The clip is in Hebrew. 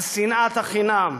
על שנאת חינם.